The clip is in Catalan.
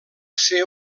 ser